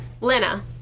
Lena